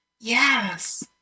Yes